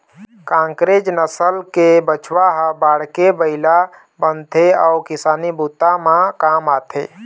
कांकरेज नसल के बछवा ह बाढ़के बइला बनथे अउ किसानी बूता म काम आथे